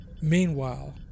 Meanwhile